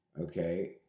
Okay